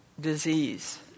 disease